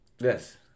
Yes